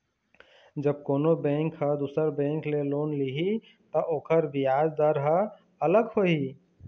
जब कोनो बेंक ह दुसर बेंक ले लोन लिही त ओखर बियाज दर ह अलग होही